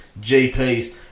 GPs